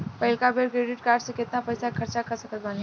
पहिलका बेर credit card से केतना पईसा खर्चा कर सकत बानी?